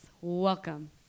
Welcome